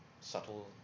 subtle